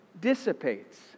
dissipates